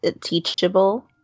teachable